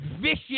vicious